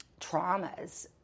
traumas